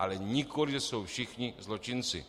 Ale nikoliv že jsou všichni zločinci.